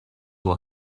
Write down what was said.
will